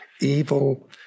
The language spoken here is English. evil